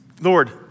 Lord